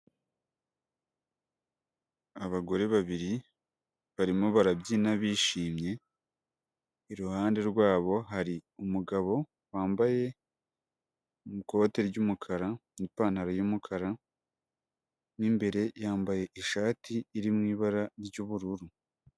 Abagore babiri, barimo barabyina bishimye, iruhande rwabo, hari umugabo wambaye ikote ry'umukara n'ipantaro y'umukara, mo imbere, yambaye ishati iri mu ibara ry'ubururu.